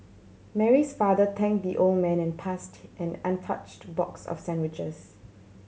Mary's father thank the old man and passed him an untouched box of sandwiches